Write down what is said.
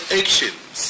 actions